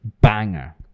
banger